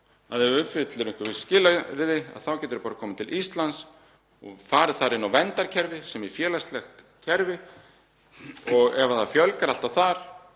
ef þú uppfyllir einhver skilyrði þá getur þú bara komið til Íslands og farið inn í verndarkerfið, sem er félagslegt kerfi. Ef það fjölgar alltaf þar